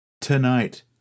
Tonight